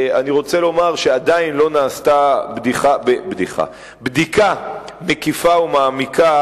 אני רוצה לומר שעדיין לא נעשתה בדיקה מקיפה ומעמיקה